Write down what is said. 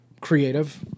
creative